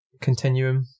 continuum